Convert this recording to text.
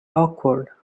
awkward